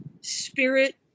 spirit